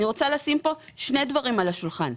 אני רוצה לשים כאן שנים דברי על השולחן.